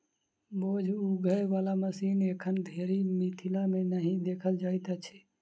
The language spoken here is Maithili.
बोझ उघै बला मशीन एखन धरि मिथिला मे नहि देखल जाइत अछि